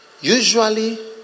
Usually